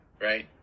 right